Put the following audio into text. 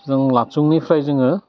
जों लाटसुंनिफ्राय जोङो